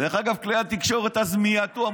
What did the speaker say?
דרך אגב, כלי התקשורת אז מיעטו.